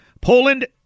Poland